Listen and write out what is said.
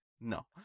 No